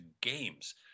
games